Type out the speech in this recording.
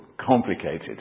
complicated